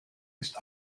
ist